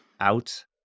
Out